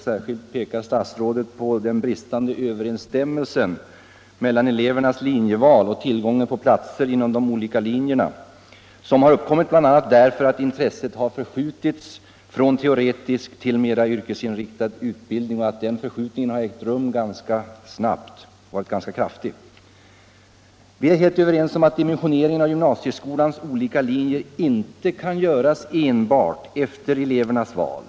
Särskilt pekar statsrådet på den bristande överensstämmelsen mellan elevernas linjeval och tillgången på platser inom de olika linjerna som har uppkommit, bl.a. därför att intresset har förskjutits från teoretisk till mera yrkesinriktad utbildning och på att den förskjutningen har ägt rum ganska snabbt och varit ganska kraftig. Vi är helt överens om att dimensioneringen av gymnasieskolans olika linjer inte kan göras enbart efter elevernas val.